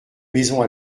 maisons